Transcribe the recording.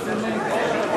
שילוב קייסים במועצה דתית),